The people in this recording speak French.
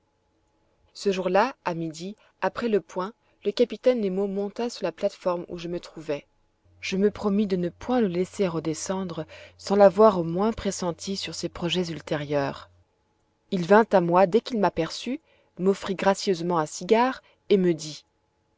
ce jour-là à midi après le point le capitaine nemo monta sur la plate-forme où je me trouvai je me promis de ne point le laisser redescendre sans l'avoir au moins pressenti sur ses projets ultérieurs il vint à moi dès qu'il m'aperçut m'offrit gracieusement un cigare et me dit